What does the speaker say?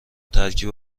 ترکیب